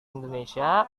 indonesia